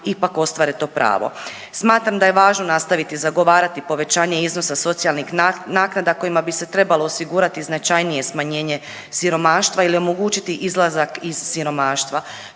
ipak ostvare to pravo. Smatram da je važno nastaviti zagovarati povećanje iznosa socijalnih naknada, kojima bi se trebalo osigurati značajnije smanjenje siromaštva ili omogućiti izlazak iz siromaštva.